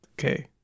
Okay